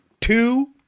two